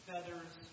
Feathers